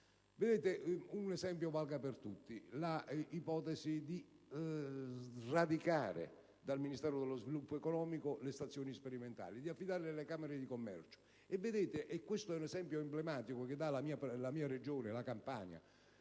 Un esempio valga per tutti: l'ipotesi di sradicare dal Ministero dello sviluppo economico le stazioni sperimentali per affidarle alle camere di commercio. Questo è un esempio emblematico che offre la mia Regione, la Campania,